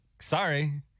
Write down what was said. sorry